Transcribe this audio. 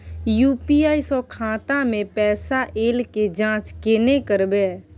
UPI स खाता मे पैसा ऐल के जाँच केने करबै?